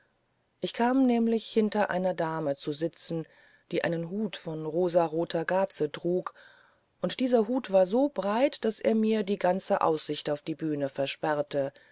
ich kam nämlich hinter eine dame zu sitzen die einen hut von rosaroter gaze trug und dieser hut war so breit daß er mir die ganze aussicht auf die bühne versperrte